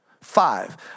Five